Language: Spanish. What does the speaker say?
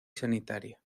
sanitaria